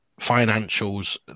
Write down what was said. financials